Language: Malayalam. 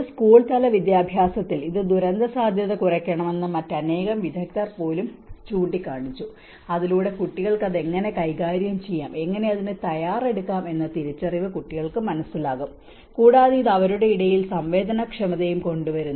ഒരു സ്കൂൾ തല വിദ്യാഭ്യാസത്തിൽ ഇത് ദുരന്തസാധ്യത കുറയ്ക്കണമെന്ന് മറ്റനേകം വിദഗ്ധർ പോലും ചൂണ്ടിക്കാണിച്ചു അതിലൂടെ കുട്ടികൾക്ക് അത് എങ്ങനെ കൈകാര്യം ചെയ്യാം എങ്ങനെ അതിന് തയ്യാറെടുക്കാം എന്ന തിരിച്ചറിവ് കുട്ടികൾക്ക് മനസ്സിലാകും കൂടാതെ ഇത് അവരുടെ ഇടയിൽ സംവേദനക്ഷമതയും കൊണ്ടുവരുന്നു